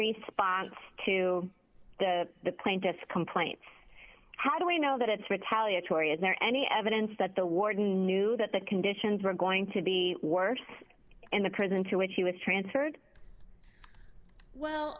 response to the the plaintiff's complaint how do we know that it's retaliatory is there any evidence that the warden knew that the conditions were going to be worse in the prison to which he was transferred well